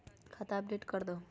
खाता अपडेट करदहु?